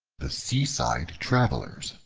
the seaside travelers